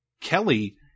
Kelly